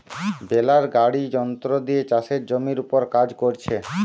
বেলার গাড়ি যন্ত্র দিয়ে চাষের জমির উপর কাজ কোরছে